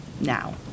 now